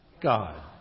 God